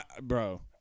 bro